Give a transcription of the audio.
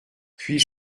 puis